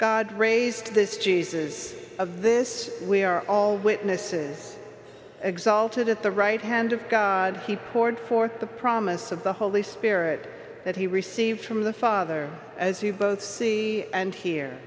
god raised this jesus of this we are all witnesses exulted at the right hand of god he poured forth the promise of the holy spirit that he received from the father as you both see and hear